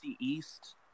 East